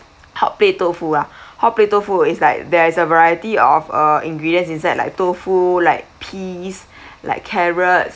hotplate tofu ah hotplate tofu is like there is a variety of uh ingredients inside like tofu like peas like carrots